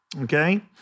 Okay